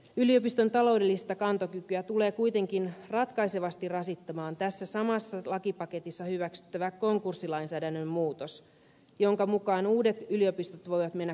yliopiston taloudellista kantokykyä tulee kuitenkin ratkaisevasti rasittamaan tässä samassa lakipaketissa hyväksyttävä konkurssilainsäädännön muutos jonka mukaan uudet yliopistot voivat mennä konkurssiin